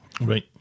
Right